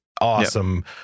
awesome